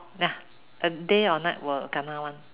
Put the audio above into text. mm oh ya uh day or night will kena one